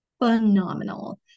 phenomenal